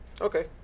Okay